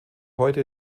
heute